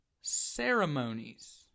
ceremonies